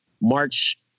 March